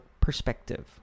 perspective